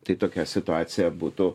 tai tokia situacija būtų